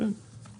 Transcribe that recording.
כן, כן.